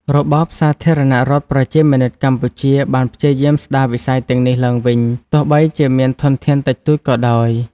របបសាធារណរដ្ឋប្រជាមានិតកម្ពុជា បានព្យាយាមស្ដារវិស័យទាំងនេះឡើងវិញ ទោះបីជាមានធនធានតិចតួចក៏ដោយ។